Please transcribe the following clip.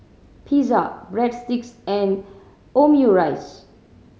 Pizza Breadsticks and Omurice